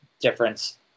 difference